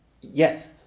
Yes